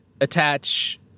attach